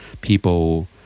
people